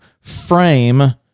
frame